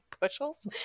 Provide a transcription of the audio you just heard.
bushels